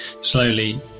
slowly